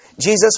Jesus